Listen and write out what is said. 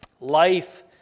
Life